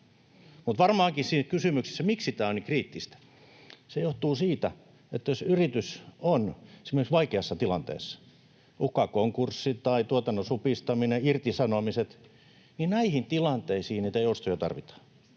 Mutta siihen kysymykseen, että miksi tämä on niin kriittistä: se johtuu siitä, että jos yritys on esimerkiksi vaikeassa tilanteessa, uhkaa konkurssi tai tuotannon supistaminen, irtisanomiset, niin näihin tilanteisiin niitä joustoja tarvitaan.